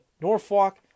Norfolk